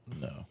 No